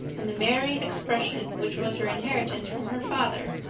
and the merry expression which was her inheritance from her father.